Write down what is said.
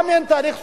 גם אין תהליך שלום,